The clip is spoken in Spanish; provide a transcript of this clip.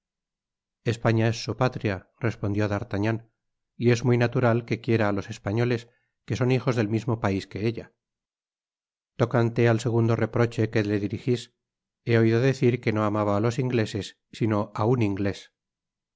su patria respondió d'artagnan y es muy natural que quiera á los españoles que son hijos del misma pais que ella tocante al segundo reproche que le dirijis he oido decir que no amaba á los ingleses sino á un inglés